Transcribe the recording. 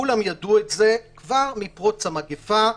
כולם ידעו את זה כבר מפרוץ המגפה,